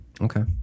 Okay